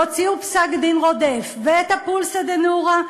שהוציאו פסק-דין רודף ואת ה"פולסא דנורא",